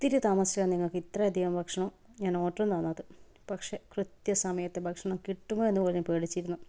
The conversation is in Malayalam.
ഒത്തിരി താമസിച്ചാണ് നിങ്ങൾക്ക് ഇത്ര അധികം ഭക്ഷണം ഞാൻ ഓർഡറും തന്നത് പക്ഷെ കൃത്യസമയത്തു ഭക്ഷണം കിട്ടുമോ എന്നുപോലും പേടിച്ചിരുന്നു